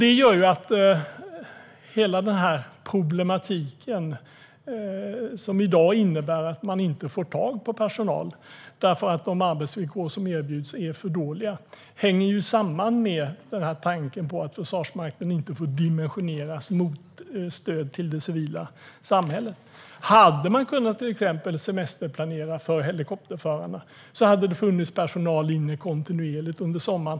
Det leder till att hela den här problematiken, som i dag innebär att man inte får tag på personal därför att de arbetsvillkor som erbjuds är för dåliga, hänger samman med tanken att Försvarsmakten inte får dimensioneras mot stöd till det civila samhället. Om man hade kunnat semesterplanera för till exempel helikopterförarna hade det funnits personal inne kontinuerligt under sommaren.